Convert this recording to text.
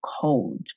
cold